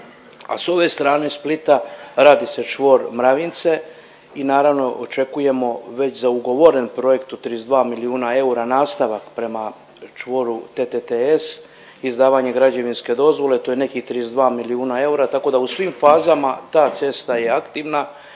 A s ove strane Splita radi se čvor Mravince i naravno očekujemo već za ugovoren projekt 32 milijuna eura nastavak prema čvoru TTTS izdavanje građevinske dozvole, to je nekih 32 milijuna eura, tako da u svim fazama ta cesta je aktivna.